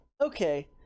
okay